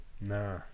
Nah